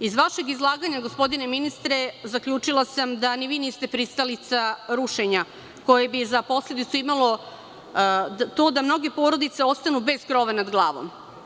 Iz vašeg izlaganja, gospodine ministre, zaključila sam da ni vi niste pristalica rušenja koje bi za posledicu imalo to da mnoge porodice ostanu bez krova nad glavom.